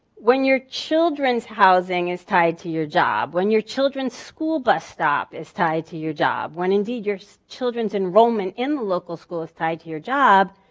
when your children's housing is tied to your job, when your children's school bus stop is tied to your job, when indeed you're so children's enrollment in local the school is tied to your job,